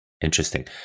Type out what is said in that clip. interesting